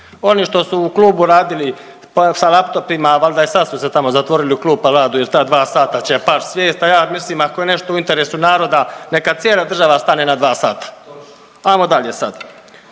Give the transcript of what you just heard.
Oni što su u klubu radili sa laptopima valjda i sada su se tamo zatvorili u klub pa radu jer ta dva sata će past svijet, a ja mislim ako je nešto u interesu naroda neka cijela država stane na dva sata. Ajmo dalje sad.